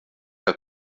que